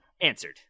answered